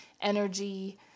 energy